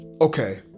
Okay